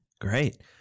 Great